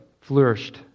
flourished